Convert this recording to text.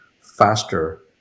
faster